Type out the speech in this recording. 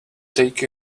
take